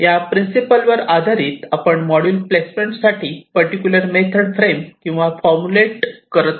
या प्रिन्सिपल वर आधारित आपण मॉड्यूल प्लेसमेंट साठी पर्टिक्युलर मेथड फ्रेम किंवा फॉर्मुलेट करत आहोत